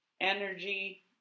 energy